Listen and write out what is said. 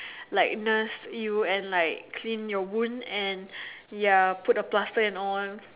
like nurse you and like clean your wound and ya put a plaster and all